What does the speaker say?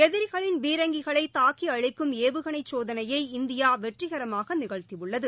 எதிரிகளின் பீரங்கிகளை தாக்கி அழிக்கும் ஏவுகணை சோதனையை இந்தியா வெற்றிகரமாக நிகழ்த்தியுள்ளது